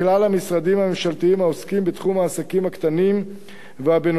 המשרדים הממשלתיים העוסקים בתחום העסקים הקטנים והבינוניים,